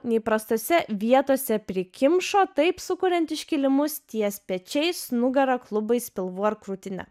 neįprastose vietose prikimšo taip sukuriant iškilimus ties pečiais nugara klubais pilvu ar krūtine